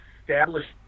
established